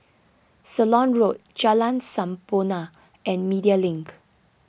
Ceylon Road Jalan Sampurna and Media Link